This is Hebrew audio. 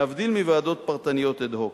להבדיל מוועדות פרטניות אד-הוק.